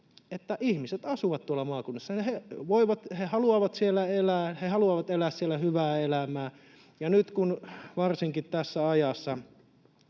että ihmiset asuvat tuolla maakunnassa. He haluavat siellä elää, he haluavat elää siellä hyvää elämää, ja nyt, varsinkin tässä ajassa,